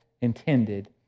intended